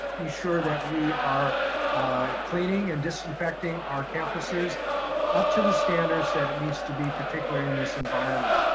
ensure that we are cleaning and disinfecting our campuses up to the standards that it needs to be particularly in this environment.